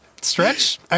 Stretch